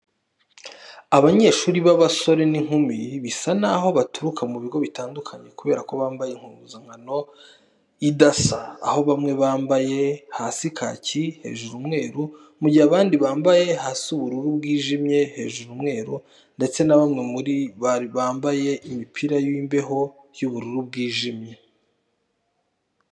Abanyeshuri b'abasore n'inkumi bisa n'aho baturuka ku bigo bitandukanye kubera ko bambaye impuzankano idasa aho bamwe bambaye hasi kaki, hejuru umweru mu gihe abandi bambaye hasi ubururu bwijimye hejuru umweru ndetse bamwe muri bambaye imipira y'imbeho y'ubururu bwijimye.